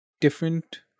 different